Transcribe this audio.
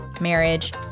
marriage